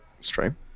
stream